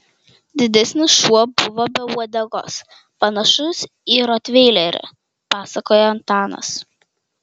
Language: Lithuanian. didesnis šuo buvo be uodegos panašus į rotveilerį pasakojo antanas